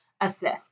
assist